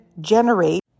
generate